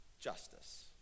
justice